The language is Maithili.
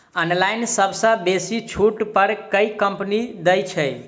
ऑनलाइन सबसँ बेसी छुट पर केँ कंपनी दइ छै?